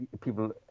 people